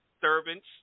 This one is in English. servants